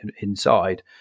inside